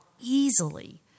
easily